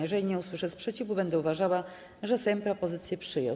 Jeżeli nie usłyszę sprzeciwu, będę uważała, że Sejm propozycję przyjął.